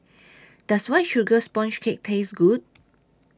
Does White Sugar Sponge Cake Taste Good